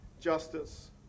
justice